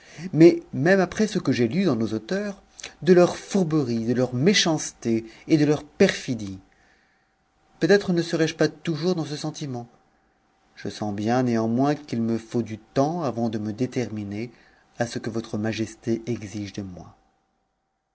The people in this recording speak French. mais même après ce que j'ai ht dans nos auteurs de leurs fourberies de leurs méchancetés et de leurs i'crsdtcs peut ètre ne serai-je pas toujours dans ce sentiment je sens néanmoins qu'il me iaut du temps avant de me déterminer à ce que votre majesté exige de moi